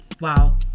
wow